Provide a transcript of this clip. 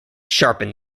sharpened